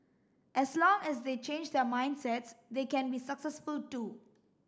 as long as they change their mindsets they can be successful too